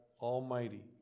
Almighty